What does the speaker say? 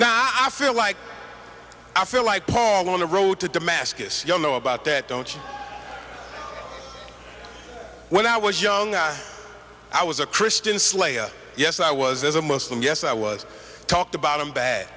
god i feel like i feel like paul on the road to damascus i don't know about that don't you when i was young i was a christian slayer yes i was as a muslim yes i was talked about i'm bad